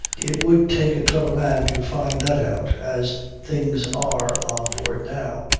it would take a clever man to find that out, as things are on board now,